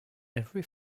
every